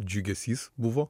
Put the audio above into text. džiugesys buvo